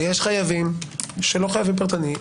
יש חייבים שלא חייבים פרטני.